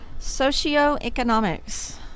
Socioeconomics